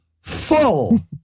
full